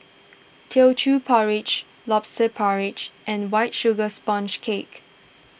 Teochew Porridge Lobster Porridge and White Sugar Sponge Cake